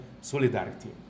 solidarity